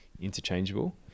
interchangeable